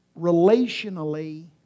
Relationally